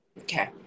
Okay